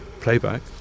playback